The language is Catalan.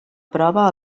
prova